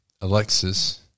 Alexis